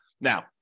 Now